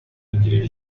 kugirira